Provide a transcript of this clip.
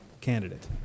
candidate